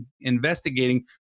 investigating